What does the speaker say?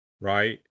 right